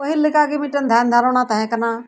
ᱯᱟᱦᱤᱞ ᱞᱮᱠᱟ ᱜᱮ ᱢᱤᱜᱴᱮᱱ ᱫᱷᱮᱱ ᱫᱷᱟᱨᱚᱱᱟ ᱛᱟᱦᱮᱸ ᱠᱟᱱᱟ